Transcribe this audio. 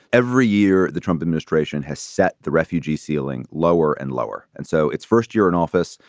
every year, the trump administration has set the refugee ceiling lower and lower. and so it's first year in office.